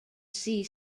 see